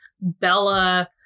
Bella